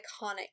iconic